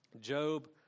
Job